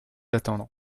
d’attendre